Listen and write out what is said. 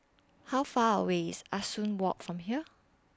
How Far away IS Ah Soo Walk from here